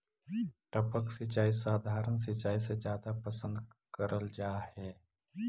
टपक सिंचाई सधारण सिंचाई से जादा पसंद करल जा हे